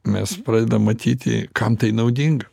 mes pradedam matyti kam tai naudinga